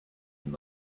them